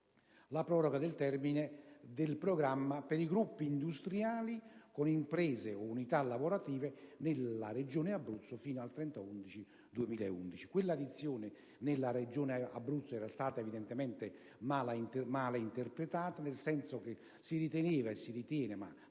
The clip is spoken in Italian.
la proroga del termine del programma per i gruppi industriali con imprese o unità lavorative nella Regione Abruzzo, fino al 30 giugno 2011. Il riferimento alla Regione Abruzzo era stato evidentemente male interpretato, nel senso che si riteneva e si ritiene, ma